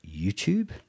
YouTube